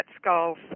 skulls